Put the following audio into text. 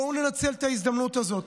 בואו ננצל את ההזדמנות הזאת,